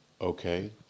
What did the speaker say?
okay